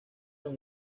los